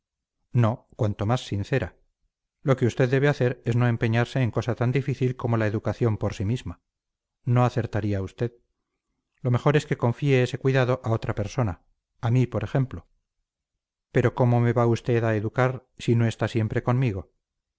no cuanto más sincera lo que usted debe hacer es no empeñarse en cosa tan difícil como la educación por sí misma no acertaría usted lo mejor es que confíe ese cuidado a otra persona a mí por ejemplo pero cómo me va usted a educar si no está siempre conmigo